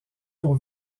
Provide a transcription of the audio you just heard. pour